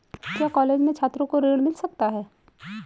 क्या कॉलेज के छात्रो को ऋण मिल सकता है?